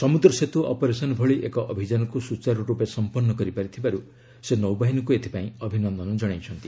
ସମୁଦ୍ର ସେତୁ ଅପରେସନ ଭଳି ଏକ ଅଭିଯାନକୁ ସୂଚାରୁରୂପେ ସମ୍ପନ୍ନ କରିପାରିଥିବାରୁ ସେ ନୌବାହିନୀକୁ ଏଥିପାଇଁ ଅଭିନନ୍ଦନ ଜଣାଇଛନ୍ତି